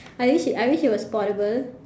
I wish I wish it was portable